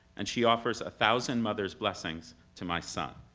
and she offers a thousand mother's blessings to my son.